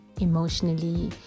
emotionally